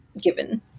given